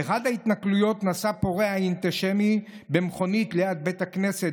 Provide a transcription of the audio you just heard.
באחת ההתנכלויות נסע פורע אנטישמי במכונית ליד בית הכנסת